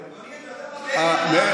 אדוני,